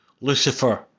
Lucifer